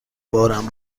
بارم